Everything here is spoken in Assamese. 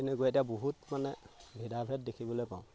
তেনেকুৱা এতিয়া বহুত মানে ভেদাভেদ দেখিবলৈ পাওঁ